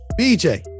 bj